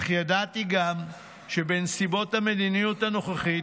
אך ידעתי גם שבנסיבות המדיניות הנוכחית,